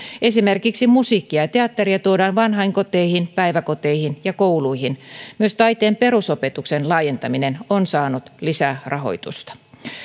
esimerkiksi musiikkia ja teatteria tuodaan vanhainkoteihin päiväkoteihin ja kouluihin myös taiteen perusopetuksen laajentaminen on saanut lisärahoitusta